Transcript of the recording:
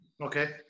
Okay